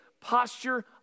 posture